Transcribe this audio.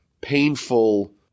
painful